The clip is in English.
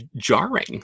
jarring